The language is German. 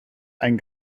ein